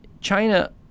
China